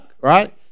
right